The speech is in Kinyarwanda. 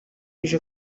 ije